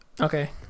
Okay